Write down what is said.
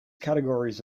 categories